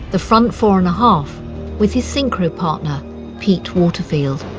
the front four-and-a-half with his synchro partner pete waterfield.